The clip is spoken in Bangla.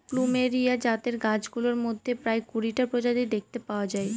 প্লুমেরিয়া জাতের গাছগুলোর মধ্যে প্রায় কুড়িটা প্রজাতি দেখতে পাওয়া যায়